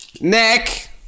Nick